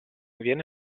viene